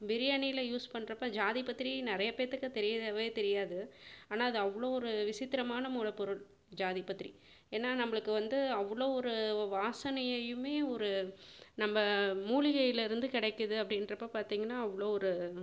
பிரியாணியில் யூஸ் பண்ணுறப்ப ஜாதிபத்ரி நிறைய பேர்த்துக்கு தெரியவே தெரியாது ஆனால் அது அவ்வளோ ஒரு விசித்திரமான மூலப்பொருள் ஜாதிபத்ரி ஏன்னால் நம்மளுக்கு வந்து அவ்வளோ ஒரு வாசனையையுமே ஒரு நம்ம மூலிகையிலேருந்து கிடைக்குது அப்படின்றப்ப பார்த்தீங்கன்னா அவ்வளோ ஒரு